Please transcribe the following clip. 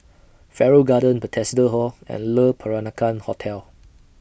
Farrer Garden Bethesda Hall and Le Peranakan Hotel